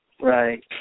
Right